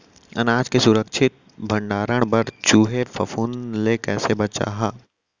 अनाज के सुरक्षित भण्डारण बर चूहे, फफूंद ले कैसे बचाहा?